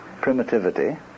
primitivity